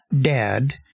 dad